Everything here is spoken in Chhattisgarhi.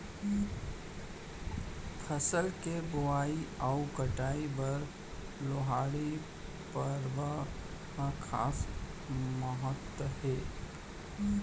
फसल के बोवई अउ कटई बर लोहड़ी परब ह खास महत्ता हे